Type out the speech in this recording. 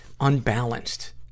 unbalanced